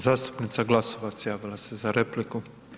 Zastupnica Glasovac javila se za repliku.